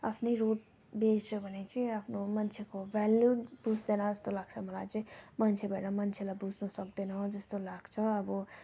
आफ्नो रुट बिर्स्यो भने चाहिँ आफ्नो मान्छेको भेल्यु बुझ्दैन जस्तो लाग्छ मलाई चाहिँ मान्छे भएर मान्छेलाई बुझ्नु सक्दैन जस्तो लाग्छ अब